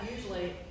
usually